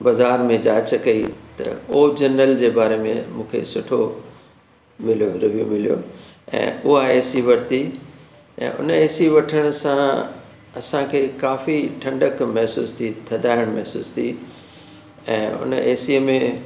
बाज़ार में जांच कई त ओ जनरल जे बारे में मूंखे सुठो मिलियो रिव्यू मिलियो ऐं उहा ए सी वरिती ऐं उन ए सी वठण सां असांखे काफ़ी ठंडकु महसूसु थी थधाइणु महसूसु थी ऐं उन एसीअ में